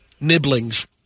Nibblings